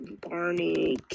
Barney